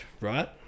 right